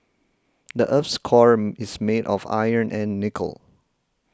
the earth's core is made of iron and nickel